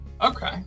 Okay